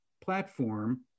platform